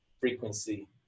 frequency